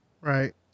Right